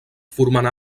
formant